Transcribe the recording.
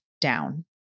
down